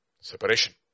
Separation